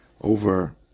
over